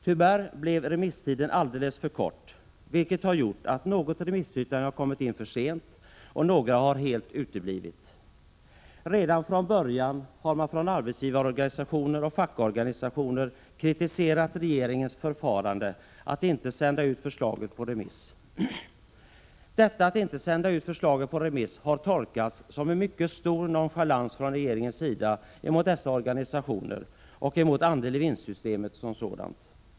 Tyvärr blev remisstiden alldeles för kort, vilket har gjort att något remissyttrande har kommit in för sent och några helt uteblivit. Redan från början har man från arbetsgivarorganisationer och fackorganisationer | kritiserat regeringens förfarande att inte sända ut förslaget på remiss. Detta att inte sända ut förslaget på remiss har tolkats som en mycket stor nonchalans från regeringens sida emot dessa organisationer och emot | andel-i-vinst-systemet som sådant.